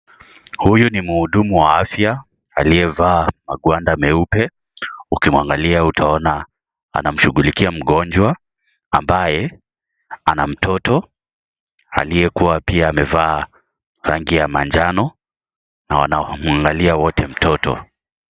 Huyu ni mhudumu wa afya aliyevaa magwanda meupe. Ukimwangalia utaona anamshughulikia mgonjwa, ambaye ana mtoto aliyekuwa pia amevaa rangi ya manjano na wanamwangalia wote mtoto.